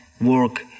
work